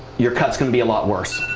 your cut's going to be a lot worse.